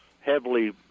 heavily